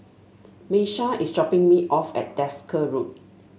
Miesha is dropping me off at Desker Road